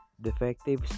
defective